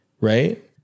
right